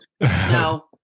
no